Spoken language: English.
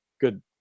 Good